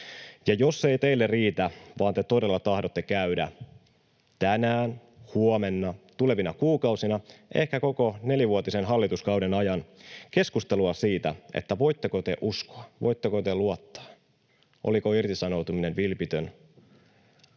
Jos se ei teille riitä, vaan te todella tahdotte käydä tänään, huomenna, tulevina kuukausina, ehkä koko nelivuotisen hallituskauden ajan keskustelua siitä, voitteko te uskoa, voitteko te luottaa, oliko irtisanoutuminen vilpitön,